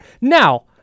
Now